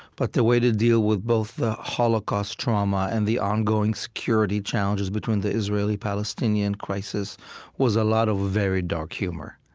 but the way to deal with both the holocaust trauma and the ongoing security challenges between the israeli-palestinian crisis was a lot of very dark humor.